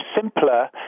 simpler